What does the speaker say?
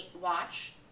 watch